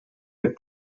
the